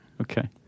Okay